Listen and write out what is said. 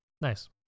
nice